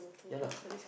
ya lah